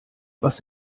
was